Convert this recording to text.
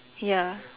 ya